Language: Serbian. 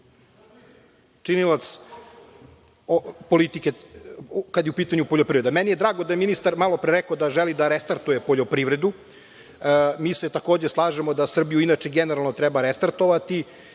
činilac politike kada je u pitanju poljoprivreda. Meni je drago da je ministar malopre rekao da želi da restartuje poljoprivredu. Mi se takođe slažemo da Srbiju inače generalno treba restartovati.